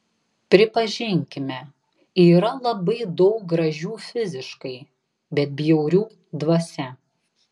pripažinkime yra labai daug gražių fiziškai bet bjaurių dvasia